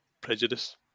prejudice